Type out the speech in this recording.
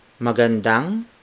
magandang